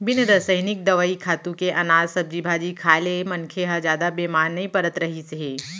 बिन रसइनिक दवई, खातू के अनाज, सब्जी भाजी खाए ले मनखे ह जादा बेमार नइ परत रहिस हे